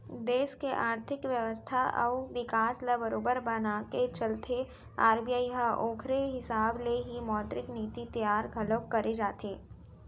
देस के आरथिक बेवस्था अउ बिकास ल बरोबर बनाके चलथे आर.बी.आई ह ओखरे हिसाब ले ही मौद्रिक नीति तियार घलोक करे जाथे